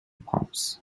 pumps